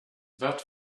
that